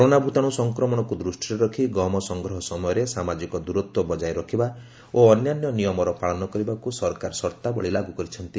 corona ଭୂତାଣୁ ସଂକ୍ରମଣକୁ ଦୃଷ୍ଟିରେ ରଖି ଗହମ ସଂଗ୍ରହ ସମୟରେ ସାମାଜିକ ଦୂରତ୍ୱ ବଜାୟ ରଖିବା ଓ ଅନ୍ୟାନ୍ୟ ନିୟମର ପାଳନ କରିବାକୁ ସରକାର ସର୍ତ୍ତାବଳୀ ଲାଗୁ କରିଛନ୍ତି